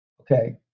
Okay